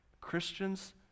Christians